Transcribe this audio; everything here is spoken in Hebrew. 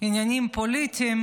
עניינים פוליטיים,